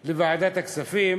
של ועדת הכספים,